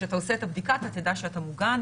כשאתה עושה את הבדיקה, אתה תדע שאתה מוגן.